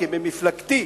כי במפלגתי,